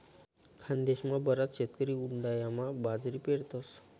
खानदेशमा बराच शेतकरी उंडायामा बाजरी पेरतस